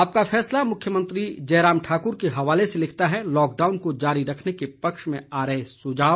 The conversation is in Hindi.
आपका फैसला मुख्यमंत्री जयराम ठाक्र के हवाले से लिखता है लॉकडाउन को जारी रखने के पक्ष में आ रहे सुझाव